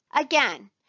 Again